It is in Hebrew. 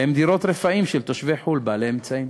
הן דירות רפאים של תושבי חו"ל בעלי אמצעים.